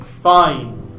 Fine